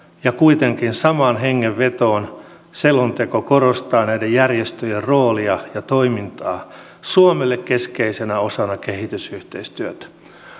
ja kuitenkin samaan hengenvetoon selonteko korostaa näiden järjestöjen roolia ja toimintaa suomelle keskeisenä osana kehitysyhteistyötä